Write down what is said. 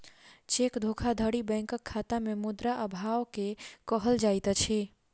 cheque धोखाधड़ी बैंकक खाता में मुद्रा अभाव के कहल जाइत अछि